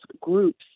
groups